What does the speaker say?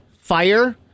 fire